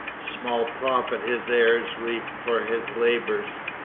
small profit his heirs reaped for his labours.